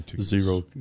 Zero